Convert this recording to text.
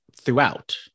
throughout